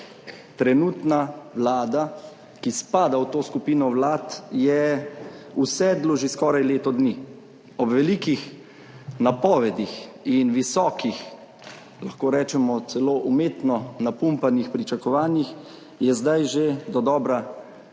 Trenutna vlada, ki spada v to skupino vlad, je v sedlu že skoraj leto dni, ob velikih napovedih in visokih, lahko rečemo celo umetno napumpanih pričakovanjih, je zdaj že dodobra